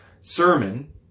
sermon